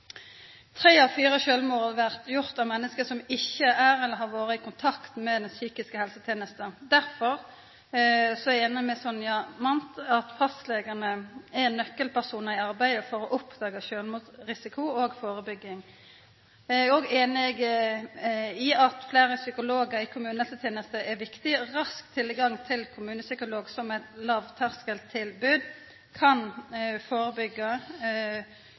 Tre av fire sjølvmord blir gjorde av menneske som ikkje er eller har vore i kontakt med den psykiske helsetenesta. Derfor – og her er eg einig med Sonja Mandt – er fastlegane nøkkelpersonar i arbeidet for å oppdaga sjølvmordsrisiko og førebygging. Eg er òg einig i at fleire psykologar i kommunehelsetenesta er viktig, og rask tilgang til kommunepsykolog som eit lågterskeltilbod kan